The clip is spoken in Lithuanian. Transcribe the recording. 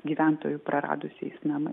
gyventojų praradusiais namais